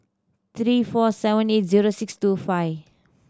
three four seventy zero six two five